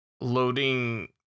loading